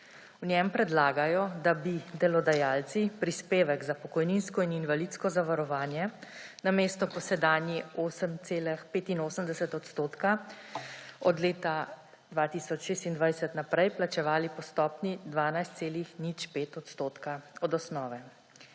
V njem predlagajo, da bi delodajalci prispevek za pokojninsko in invalidsko zavarovanje namesto po sedanji 8,85 odstotka od leta 2026 naprej plačevali po stopnji 12,05 odstotka od osnove.